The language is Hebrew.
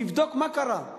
נבדוק מה קרה.